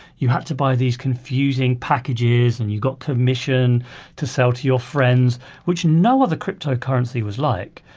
you have to buy these confusing packages and you got commission to sell to your friends which no other cryptocurrency was like